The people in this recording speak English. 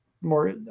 more